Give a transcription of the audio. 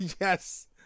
Yes